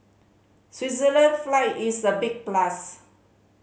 Switzerland flag is a big plus